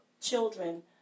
children